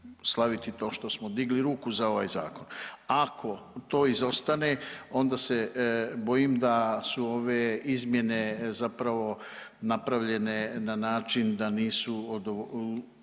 slaviti to što smo digli ruku za ovaj zakon, ako to izostane onda se bojim da su ove izmjene zapravo napravljene na način da nisu udovoljile